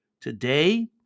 today